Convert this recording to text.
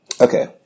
Okay